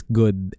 good